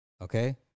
Okay